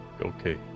okay